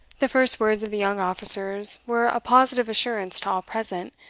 the first words of the young officers were a positive assurance to all present,